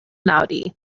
laude